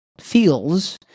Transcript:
feels